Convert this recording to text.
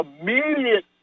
immediate